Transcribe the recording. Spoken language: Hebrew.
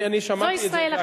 אני שמעתי את זה.